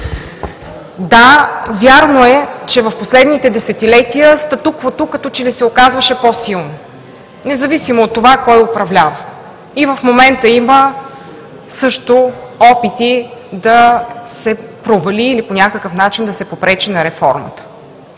Да, вярно е, че в последните десетилетия статуквото като че ли се оказваше по-силно, независимо от това кой управлява. И в момента има също опити да се провали или по някакъв начин да се попречи на реформата.